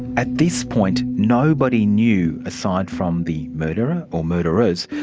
at this point nobody knew, aside from the murderer or murderers,